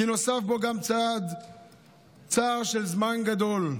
כי נוסף בו גם צער של זמן גדול,